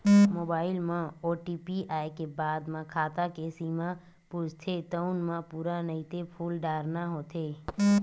mobile म OTP आए के बाद म खाता के सीमा पूछथे तउन म पूरा नइते फूल डारना होथे